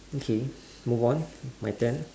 okay move on my turn